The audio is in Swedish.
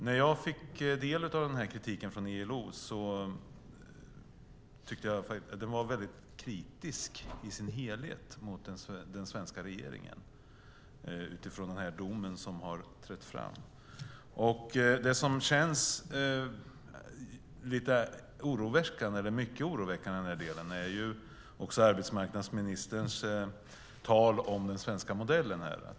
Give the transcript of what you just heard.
När jag fick ta del av kritiken från ILO tyckte jag att den i sin helhet var väldigt kritisk mot den svenska regeringen utifrån den dom som har kommit. Mycket oroväckande är också arbetsmarknadsministerns tal om den svenska modellen här.